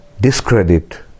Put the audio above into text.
discredit